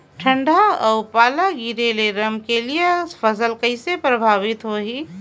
ठंडा अउ पाला गिरे ले रमकलिया फसल कइसे प्रभावित होही?